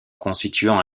constituant